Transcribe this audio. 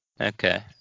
Okay